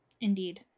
Indeed